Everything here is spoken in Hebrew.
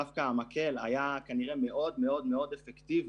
דווקא במסגרת המינהל התקין עד כמה עבודת המטה הזאת